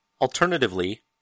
Alternatively